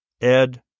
Ed